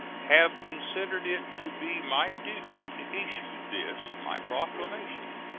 have considered it to be my duty to issue this my proclamation,